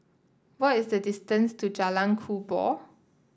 what is the distance to Jalan Kubor